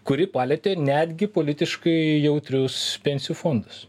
kuri palietė netgi politiškai jautrius pensijų fondus